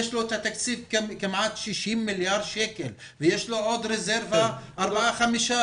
יש לו תקציב של כמעט 60 מיליארד שקלים ויש לו עוד רזרבה של ארבעה-חמישה